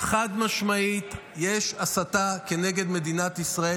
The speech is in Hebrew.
חד-משמעית יש הסתה נגד מדינת ישראל